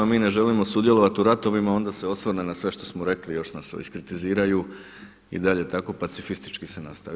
Mi ne želimo sudjelovati u ratovima, onda se osvrne na sve što smo rekli, još nas iskritiziraju i dalje tako pacifistički se nastavi.